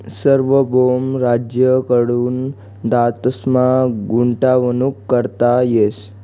सार्वभौम राज्य कडथून धातसमा गुंतवणूक करता येस